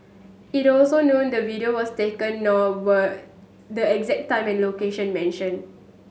it also known the video was taken nor were the exact time and location mentioned